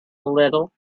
little